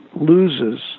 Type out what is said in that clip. loses